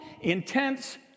intense